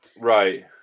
right